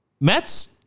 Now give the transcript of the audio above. Mets